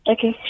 Okay